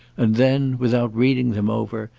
and then, without reading them over,